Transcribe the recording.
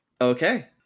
Okay